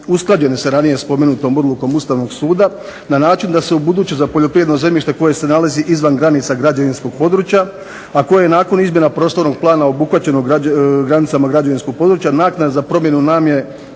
Ustavnog suda na način da se u buduće za poljoprivredno zemljište koje se nalazi izvan granica građevinskog područja, a koje je nakon izmjena prostornog plana obuhvaćeno granicama građevinskog područja naknada za promjenu namjene